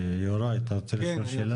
יוראי, אתה רצית לשאול שאלה?